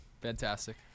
Fantastic